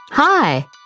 Hi